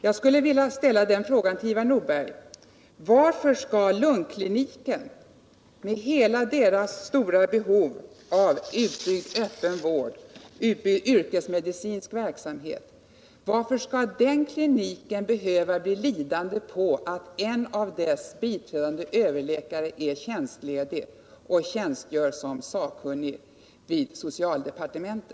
Jag skulle till Ivar Nordberg vilja ställa frågan: Varför skall lungkliniken, med hela dess stora behov av utbyggd öppen vård och yrkesmedicinsk verksamhet, behöva bli lidande på grund av att en av dess biträdande överläkare är tjänstledig och tjänstgör som sakkunnig inom socialdepartementet?